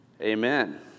Amen